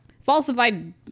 Falsified